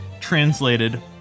translated